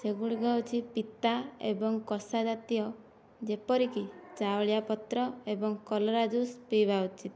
ସେଗୁଡ଼ିକ ହେଉଛି ପିତା ଏବଂ କଷା ଜାତୀୟ ଯେପରିକି ଚାଉଳିଆ ପତ୍ର ଏବଂ କଲରା ଜୁସ୍ ପଇବା ଉଚିତ